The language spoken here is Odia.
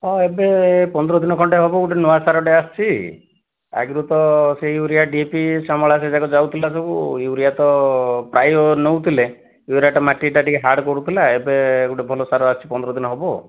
ହଁ ଏବେ ପନ୍ଦର ଦିନ ଖଣ୍ଡେ ହେବ ଗୋଟେ ନୂଆ ସାରଟେ ଆସିଛି ଆଗରୁ ତ ସେଇ ୟୁରିଆ ଡି ଏ ପି ସାମଲା ସେ ଯାକ ଯାଉଥିଲା ସବୁ ୟୁରିଆ ତ ପ୍ରାୟ ନେଉଥିଲେ ୟୁରିଆ ମାଟିଟା ଟିକିଏ ହାର୍ଡ଼୍ କରୁଥିଲା ଏବେ ଗୋଟେ ଭାଲ ସାର ଆସିଛି ପନ୍ଦର ଦିନ ହେବ